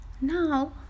Now